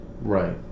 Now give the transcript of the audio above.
right